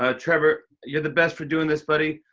ah trevor, you're the best for doing this, buddy.